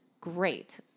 great